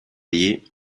liées